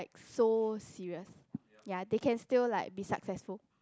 so serious yea they can still like be successful